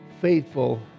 faithful